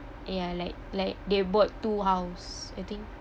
ya like like they bought two house I think